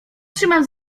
trzymam